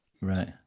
Right